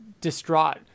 distraught